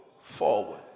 forward